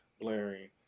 blaring